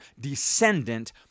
descendant